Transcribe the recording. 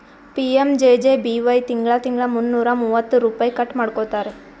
PMJJBY ತಿಂಗಳಾ ತಿಂಗಳಾ ಮುನ್ನೂರಾ ಮೂವತ್ತ ರುಪೈ ಕಟ್ ಮಾಡ್ಕೋತಾರ್